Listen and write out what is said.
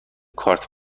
کارت